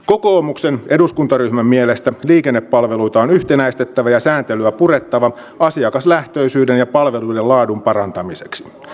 kokoomuksen eduskuntaryhmän mielestä liikennepalveluita on yhtenäistettävä ja sääntelyä purettava asiakaslähtöisyyden ja palveluiden laadun parantamiseksi